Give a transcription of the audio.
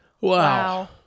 wow